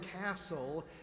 castle